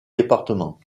département